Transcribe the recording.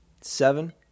seven